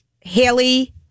Haley